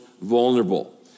vulnerable